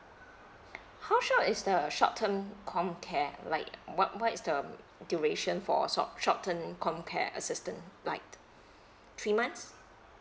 how sure is the short term comcare like what what is the duration for short short term comcare assistance like three months